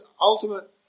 ultimate